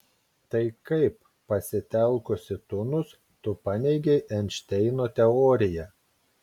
tai kaip pasitelkusi tunus tu paneigei einšteino teoriją